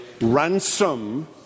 ransom